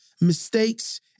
mistakes